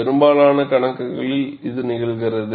பெரும்பாலான கணக்குகளில் இது நிகழ்கிறது